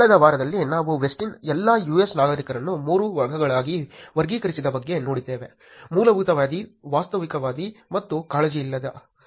ಕಳೆದ ವಾರದಲ್ಲಿ ನಾವು ವೆಸ್ಟಿನ್ ಎಲ್ಲಾ US ನಾಗರಿಕರನ್ನು 3 ವರ್ಗಗಳಾಗಿ ವರ್ಗೀಕರಿಸಿದ ಬಗ್ಗೆ ನೋಡಿದ್ದೇವೆ ಮೂಲಭೂತವಾದಿ ವಾಸ್ತವಿಕವಾದಿಗಳು ಮತ್ತು ಕಾಳಜಿಯಿಲ್ಲದ